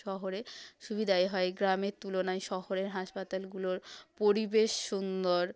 শহরে সুবিধাই হয় গ্রামের তুলনায় শহরের হাসপাতালগুলোর পরিবেশ সুন্দর